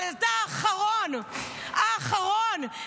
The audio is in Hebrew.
אבל אתה האחרון, האחרון.